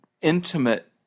intimate